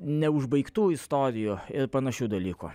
neužbaigtų istorijų ir panašių dalykų